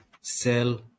sell